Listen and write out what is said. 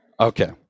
Okay